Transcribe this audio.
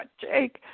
Jake